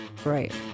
Right